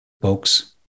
Folks